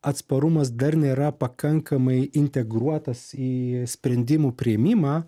atsparumas dar nėra pakankamai integruotas į sprendimų priėmimą